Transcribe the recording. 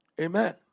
Amen